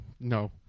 no